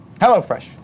HelloFresh